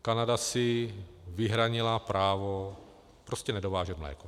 Kanada si vyhradila právo prostě nedovážet mléko.